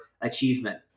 achievement